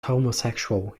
homosexual